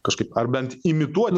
kažkaip ar bent imituoti